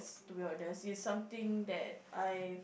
to be honest it's something that I